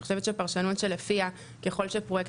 אני חושבת שהפרשנות שלפיה ככל שפרויקט